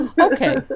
Okay